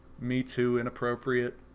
me-too-inappropriate